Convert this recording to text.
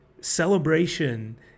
celebration